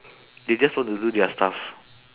they just want to do their stuff